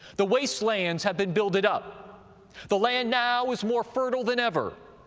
the wastelands have been builded up the land now is more fertile than ever.